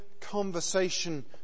conversation